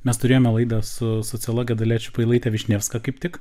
mes turėjome laida su sociologe dalia čiupailaite višnevska kaip tik